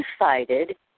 decided